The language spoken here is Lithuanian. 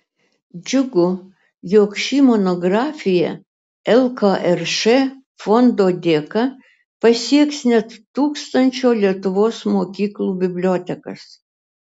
džiugu jog ši monografija lkrš fondo dėka pasieks net tūkstančio lietuvos mokyklų bibliotekas